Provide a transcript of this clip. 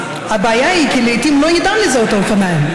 הבעיה היא כי לעיתים לא ניתן לזהות את האופניים,